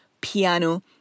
piano